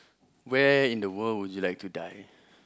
where in the world would you like to die